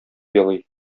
елый